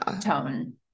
tone